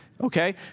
Okay